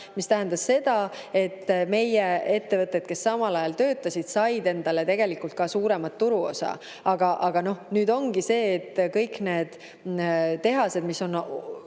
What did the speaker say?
See tähendas seda, et meie ettevõtted, kes samal ajal töötasid, said endale tegelikult ka suurema turuosa. Aga nüüd on kõik muud tehased hakanud